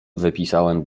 wypisałem